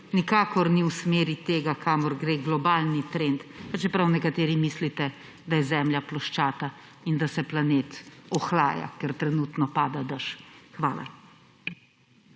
nikakor ni v smeri tega, kamor gre globalni trend, pa čeprav nekateri mislite, da je Zemlja ploščata in da se planet ohlaja, ker trenutno pada dež. Hvala.